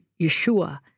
Yeshua